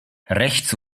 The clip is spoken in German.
rechts